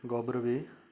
गॉब्रॉ बी